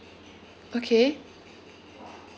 okay